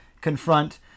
confront